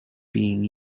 being